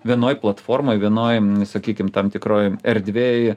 vienoj platformoj vienoj sakykim tam tikroj erdvėj